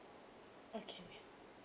okay